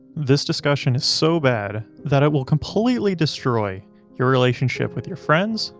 this discussion is so bad that it will completely destroy your relationship with your friends,